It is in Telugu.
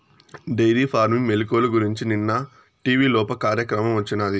డెయిరీ ఫార్మింగ్ మెలుకువల గురించి నిన్న టీవీలోప కార్యక్రమం వచ్చినాది